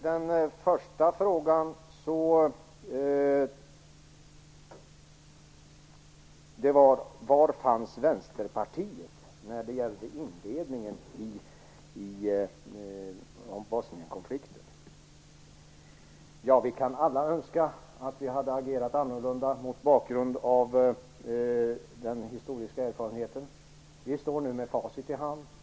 Den första frågan var: Var fanns Vänsterpartiet när det gällde inledningen av Bosnienkonflikten? Ja, vi kan alla önska att vi hade agerat annorlunda mot bakgrund av den historiska erfarenheten. Vi står nu med facit i hand.